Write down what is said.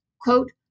quote